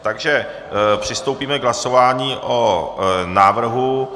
Takže přistoupíme k hlasování o návrhu.